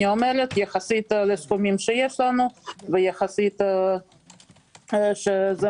יחסית לסכומים שיש לנו ויחסית לכך שזו